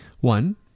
One